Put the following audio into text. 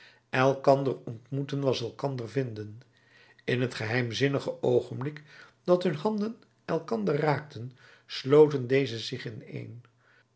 elkander ontmoeten was elkander vinden in het geheimzinnige oogenblik dat hun handen elkander raakten sloten deze zich ineen